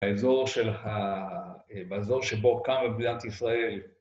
האזור שבו קמה מדינת ישראל